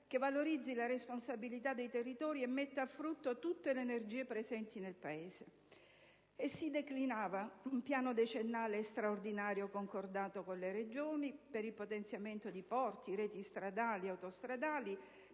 che valorizzi la responsabilità dei territori e metta a frutto tutte le energie presenti nel Paese». E si declinava un piano decennale straordinario concordato con le Regioni per il potenziamento di porti, reti stradali ed autostradali,